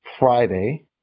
Friday